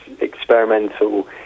experimental